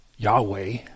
Yahweh